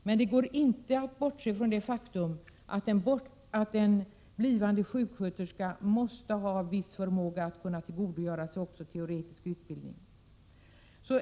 Det går emellertid inte att bortse från det faktum att en blivande sjuksköterska måste ha viss förmåga att tillgodogöra sig också teoretisk utbildning.